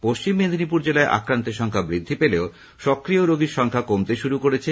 পশ্চিম মেদিনীপুর জেলায় আক্রান্তের সংখ্যা বৃদ্ধি পেলেও সক্রিয় রোগীর সংখ্যা কমতে শুরু করেছে